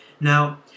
Now